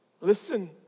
Listen